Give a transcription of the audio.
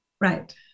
Right